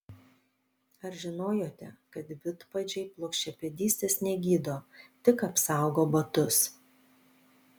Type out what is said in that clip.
ar žinojote kad vidpadžiai plokščiapadystės negydo tik apsaugo batus